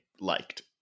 liked